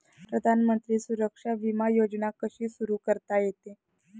प्रधानमंत्री सुरक्षा विमा योजना कशी सुरू करता येते?